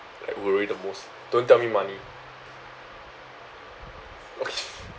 like worry the most don't tell me money okay